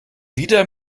wieder